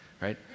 right